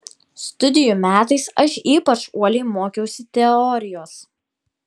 studijų metais aš ypač uoliai mokiausi teorijos